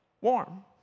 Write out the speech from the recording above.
warm